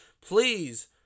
please